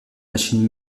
machine